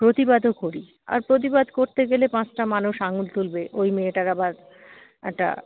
প্রতিবাদও করি আর প্রতিবাদ করতে গেলে পাঁচটা মানুষ আঙুল তুলবে ওই মেয়েটার আবার একটা